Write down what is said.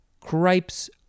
cripes